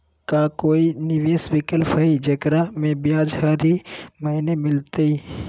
का कोई निवेस विकल्प हई, जेकरा में ब्याज हरी महीने मिलतई?